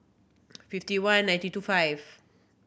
fifty one ninety two five